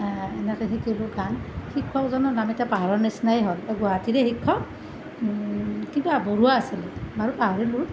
এনেকৈ শিকিলোঁ গান শিক্ষকজনৰ নাম এতিয়া পাহৰাৰ নিচিনাই হ'ল গুৱাহাটীৰে শিক্ষক কিবা বৰুৱা আছিলে বাৰু পাহৰিলোঁ